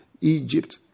Egypt